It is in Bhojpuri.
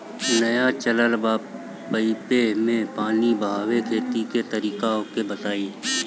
नया चलल बा पाईपे मै पानी बहाके खेती के तरीका ओके बताई?